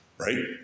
right